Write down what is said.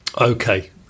Okay